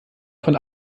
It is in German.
von